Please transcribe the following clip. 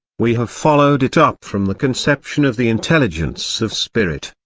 we have followed it up from the conception of the intelligence of spirit,